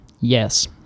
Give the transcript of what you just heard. Yes